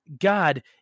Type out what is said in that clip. God